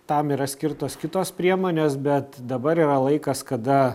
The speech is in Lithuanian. tam yra skirtos kitos priemonės bet dabar yra laikas kada